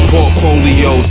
Portfolio